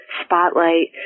spotlight